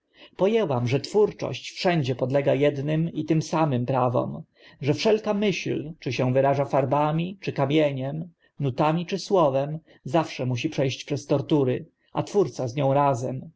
ęłam że twórczość wszędzie podlega ednym i tym samym prawom że idealista wszelka myśl czy się wyraża farbami czy kamieniem nutami czy słowem zawsze musi prze ść przez tortury a twórca z nią razem